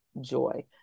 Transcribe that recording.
joy